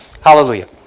Hallelujah